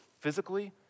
physically